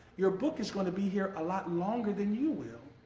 your book is going to be here a lot longer than you will.